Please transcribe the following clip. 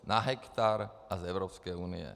Na hektar a z Evropské unie.